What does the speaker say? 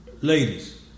ladies